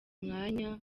umwanya